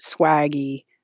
swaggy